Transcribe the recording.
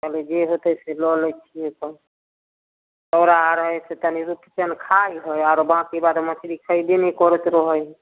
कहलिए जे हेतै से लऽ लै छिए तब छौड़ा रहै छै तनि रुपचन खाइ हइ आओर बाकी बाद मछरी खैबे नहि करैत रहै हइ